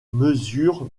mesure